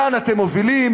לאן אתם מובילים,